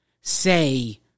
say